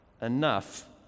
enough